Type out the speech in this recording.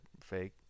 fake